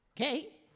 Okay